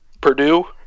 Purdue